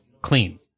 clean